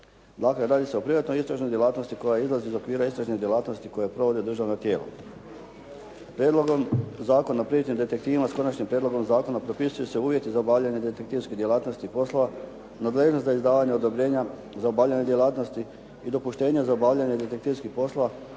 Dakle, radi se o privatnoj istražnoj djelatnosti koja izlazi iz okvira istražnih djelatnosti koje provode državna tijela. Prijedlogom zakona o privatnim detektivima s Konačnim prijedlogom zakona propisuju se uvjeti za obavljanje detektivske djelatnosti i poslova, nadležnost za izdavanje odobrenja za obavljanje djelatnosti i dopuštenja za obavljanje detektivskih poslova,